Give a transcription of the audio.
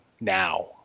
Now